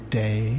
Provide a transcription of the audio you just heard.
day